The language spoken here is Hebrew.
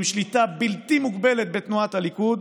עם שליטה בלתי מוגבלת בתנועת הליכוד,